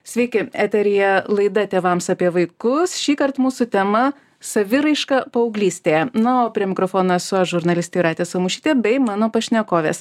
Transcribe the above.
sveiki eteryje laida tėvams apie vaikus šįkart mūsų tema saviraiška paauglystė na o prie mikrofono esu aš žurnalistė jūratė samušytė bei mano pašnekovės